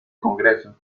congreso